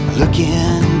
looking